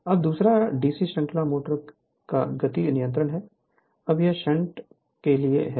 Refer Slide Time 0713 अब दूसरा DC श्रृंखला मोटर का गति नियंत्रण है अब यह शंट के लिए है